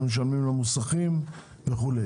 שמשלמים למוסכים וכו'.